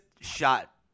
shot